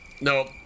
Nope